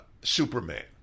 Superman